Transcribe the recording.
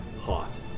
Hoth